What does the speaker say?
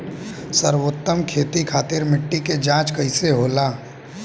सर्वोत्तम खेती खातिर मिट्टी के जाँच कईसे होला?